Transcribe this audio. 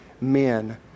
men